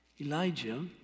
Elijah